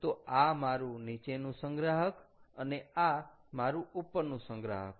તો આ મારું નીચેનું સંગ્રાહક અને આ મારું ઉપરનું સંગ્રાહક